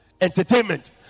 entertainment